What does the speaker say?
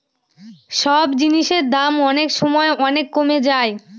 সব জিনিসের দাম অনেক সময় অনেক কমে যায়